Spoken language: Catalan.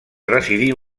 residir